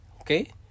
okay